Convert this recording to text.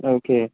okay